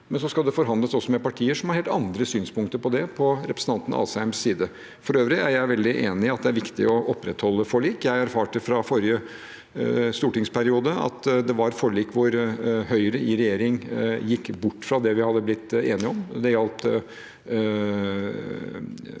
Samtidig skal det forhandles også med partier som har helt andre synspunkter på det, på representanten Asheims side. For øvrig er jeg veldig enig i at det er viktig å opprettholde forlik. Jeg erfarte fra forrige stortingsperiode at det var forlik hvor Høyre i regjering gikk bort fra det vi hadde blitt enige om.